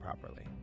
properly